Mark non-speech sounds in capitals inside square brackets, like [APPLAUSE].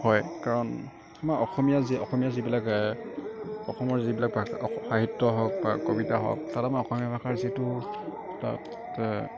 হয় কাৰণ আমাৰ অসমীয়া যে অসমীয়া যিবিলাক অসমৰ যিবিলাক [UNINTELLIGIBLE] সাহিত্য হওক বা কবিতা হওক তাত আমাৰ অসমীয়া ভাষাৰ যিটো তাত